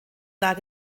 lag